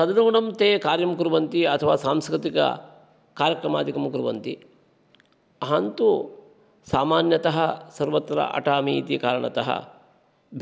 तदनुगुणं ते कार्यं कुर्वन्ति अथवा सांस्कृतिककार्यक्रमादिकं कुर्वन्ति अहन्तु सामान्यतः सर्वत्र अटामि इति कारणतः